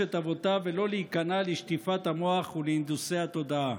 במורשת אבותיו ולא להיכנע לשטיפת המוח ולהנדוסי התודעה.